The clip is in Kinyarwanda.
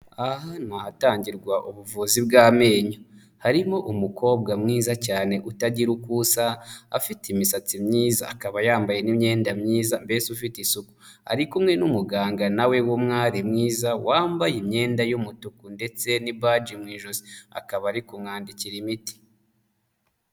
Aha ntihatangirwa ubuvuzi bw'amenyo harimo umukobwa mwiza cyane utagira ukosa afite imisatsi myiza akaba yambaye n'imyenda myiza mbese ufite isuku ari kumwe n'umuganga nawe w'umwari mwiza wambaye imyenda y'umutuku ndetse n'i badji mu ijosi akaba ariko kumwandikira imiti.